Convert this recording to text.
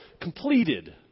completed